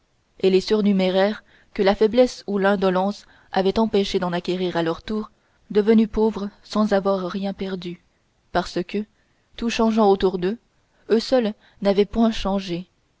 et les surnuméraires que la faiblesse ou l'indolence avaient empêchés d'en acquérir à leur tour devenus pauvres sans avoir rien perdu parce que tout changeant autour d'eux eux seuls n'avaient point changé